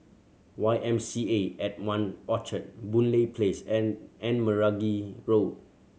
Y M C A at One Orchard Boon Lay Place and and Meragi Road